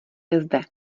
zde